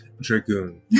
Dragoon